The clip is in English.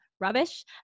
rubbish